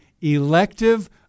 elective